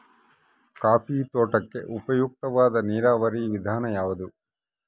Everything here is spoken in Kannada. ಕಾಫಿ ತೋಟಕ್ಕೆ ಉಪಯುಕ್ತವಾದ ನೇರಾವರಿ ವಿಧಾನ ಯಾವುದು?